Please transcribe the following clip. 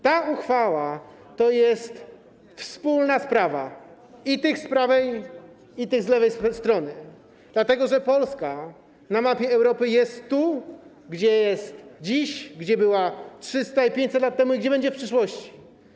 Ta uchwała to jest wspólna sprawa i tych z prawej, i tych z lewej strony, dlatego że Polska na mapie Europy jest dziś tu, gdzie była 300 i 500 lat temu i gdzie będzie w przyszłości.